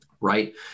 right